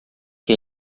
que